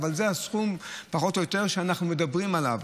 אבל זה הסכום שאנחנו מדברים עליו,